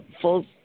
full